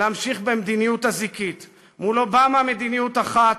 להמשיך במדיניות הזיקית: מול אובמה מדיניות אחת,